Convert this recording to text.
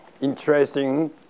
interesting